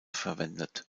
verwendet